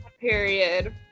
period